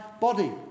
body